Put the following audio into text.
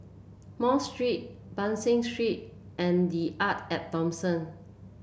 Mosque Street Ban San Street and The Arte At Thomson